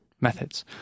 methods